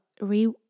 re